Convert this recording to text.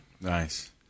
Nice